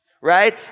Right